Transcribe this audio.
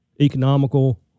economical